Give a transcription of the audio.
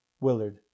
Willard